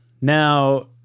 Now